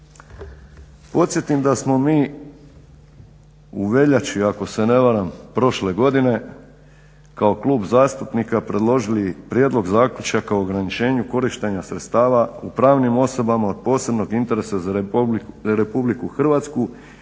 podsjetim da smo mi u veljači ako se ne varam prošle godine kao klub zastupnika predložili prijedlog zaključaka o ograničenju korištenja sredstava u pravnim osobama od posebnog interesa za RH i lokalnu,